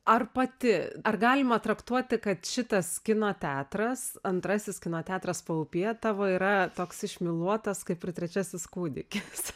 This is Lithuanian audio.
ar pati ar galima traktuoti kad šitas kino teatras antrasis kino teatras paupyje tavo yra toks išmyluotas kaip ir trečiasis kūdikis